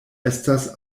estas